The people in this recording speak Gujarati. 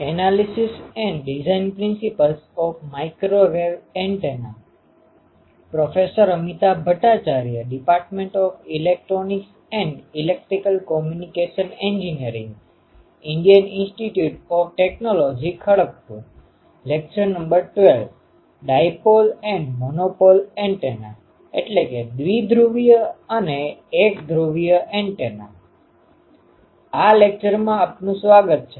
આ લેકચરમાં આપનું સ્વાગત છે